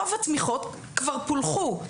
רוב התמיכות כבר פולחו,